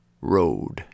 Road